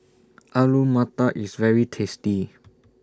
Alu Matar IS very tasty